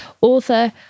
author